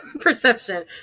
perception